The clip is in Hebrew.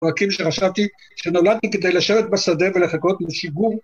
פרקים שרשמתי שנולדתי כדי לשבת בשדה ולחכות לשיגור.